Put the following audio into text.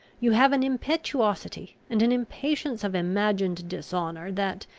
you have an impetuosity, and an impatience of imagined dishonour, that,